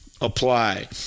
apply